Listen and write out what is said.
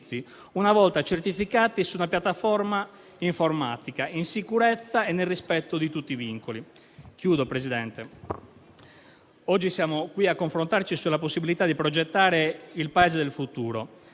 una volta certificati su una piattaforma informatica, in sicurezza e nel rispetto di tutti i vincoli. Presidente, oggi siamo qui a confrontarci sulla possibilità di progettare il Paese del futuro.